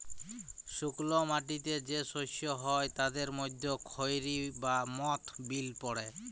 শুস্ক মাটিতে যে শস্য হ্যয় তাদের মধ্যে খেরি বা মথ বিল পড়ে